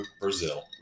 Brazil